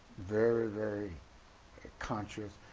very very conscious.